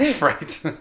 Right